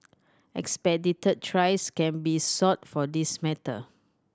expedited trials can be sought for this matter